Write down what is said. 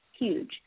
huge